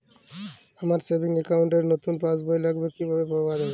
আমার savings account র নতুন পাসবই লাগবে কিভাবে পাওয়া যাবে?